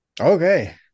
Okay